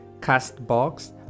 Castbox